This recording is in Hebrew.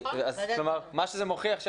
מה שזה מוכיח,